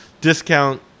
discount